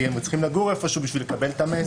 כי הם צריכים לגור איפה שהוא בשביל לקבל את המסר.